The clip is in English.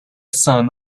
son